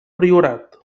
priorat